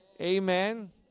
Amen